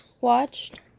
watched